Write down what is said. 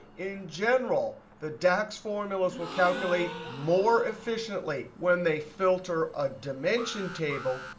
in general, the dax formulas will calculate more efficiently when they filter a dimension table,